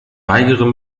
weigere